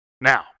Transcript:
now